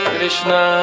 Krishna